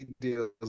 deals –